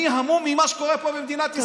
אני המום ממה שקורה פה במדינת ישראל.